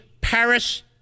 Paris